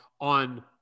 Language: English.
on